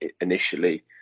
initially